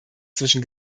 zwischen